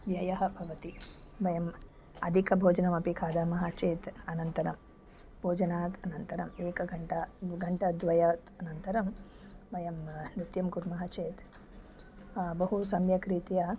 व्ययः भवति वयम् अधिकं भोजनमपि खादामः चेत् अनन्तरं भोजनात् अनन्तरम् एकघण्टा घण्टाद्वयात् अनन्तरं वयं नृत्यं कुर्मः चेत् बहु सम्यक् रीत्या